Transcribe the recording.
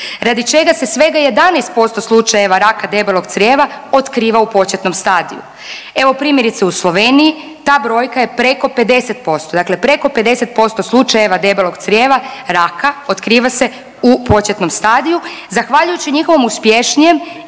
radi čega se svega 11% slučajeva raka debelog crijeva otkriva u početkom stadiju. Evo primjerice u Sloveniji ta brojka je preko 50%, dakle preko 50% slučajeva debelog crijeva raka otkriva se u početnom stadiju zahvaljujući njihovom uspješnijem